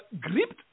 GRIPT